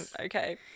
Okay